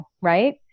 Right